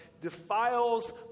defiles